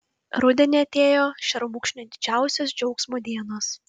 rudenį atėjo šermukšniui didžiausios džiaugsmo dienos